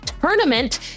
tournament